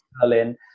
Berlin